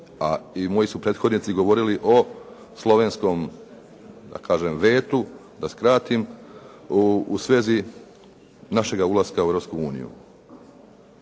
a i moji su prethodnici govorili o slovenskom da kažem vetu da skratim u svezi našega ulaska u